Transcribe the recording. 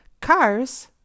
Cars